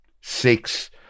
six